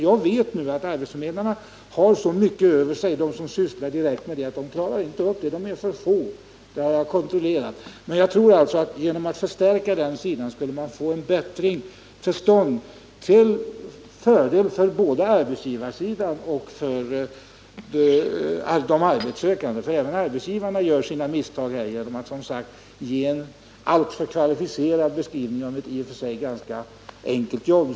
Jag vet att arbetsförmedlarna har så mycket över sig att de inte kan göra detta — de är för få; det har jag kontrollerat. Men jag tror alltså att man genom att förstärka den sidan skulle kunna få en förbättring till stånd, till fördel för både arbetsgivarsidan och de arbetssökande. Även arbetsgivarna gör sina misstag genom att, som sagt, lämna en alltför kvalificerad beskrivning av ett i och för sig ganska enkelt jobb.